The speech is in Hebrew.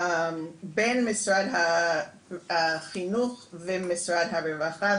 בין משרד החינוך ומשרד הרווחה.